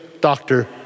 doctor